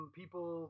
people